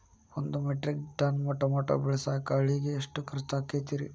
ಒಂದು metric ton tomato ಬೆಳಸಾಕ್ ಆಳಿಗೆ ಎಷ್ಟು ಖರ್ಚ್ ಆಕ್ಕೇತ್ರಿ?